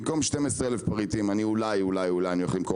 במקום כ-12,000 פריטים אני אולי אמכור